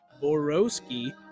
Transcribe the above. Borowski